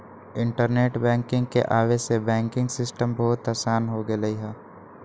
internet banking के आवे से बैंकिंग सिस्टम बहुत आसान हो गेलई ह